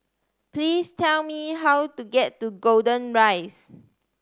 please tell me how to get to Golden Rise